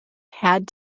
had